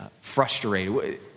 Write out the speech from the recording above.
frustrated